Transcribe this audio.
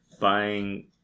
buying